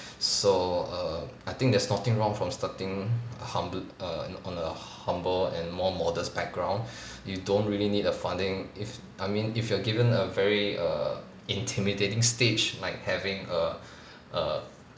so err I think there's nothing wrong from starting humbl~ err on a humble and more modest background you don't really need a funding if I mean if you are given a very err intimidating stage like having a a